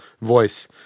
voice